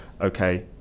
okay